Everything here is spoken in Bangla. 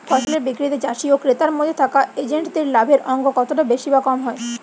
ফসলের বিক্রিতে চাষী ও ক্রেতার মধ্যে থাকা এজেন্টদের লাভের অঙ্ক কতটা বেশি বা কম হয়?